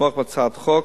לתמוך בהצעת החוק,